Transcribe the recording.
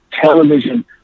television